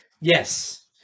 Yes